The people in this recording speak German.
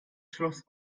schloss